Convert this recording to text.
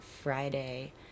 friday